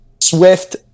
Swift